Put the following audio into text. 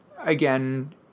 again